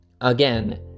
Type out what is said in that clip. Again